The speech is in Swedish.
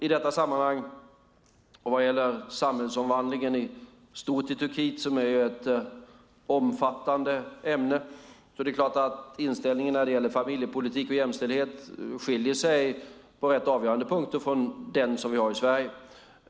I detta sammanhang och vad gäller samhällsomvandlingen i stort i Turkiet, som är ett omfattande ämne, är det klart att inställningen när det gäller familjepolitik och jämställdhet skiljer sig på rätt avgörande punkter från den som vi har i Sverige.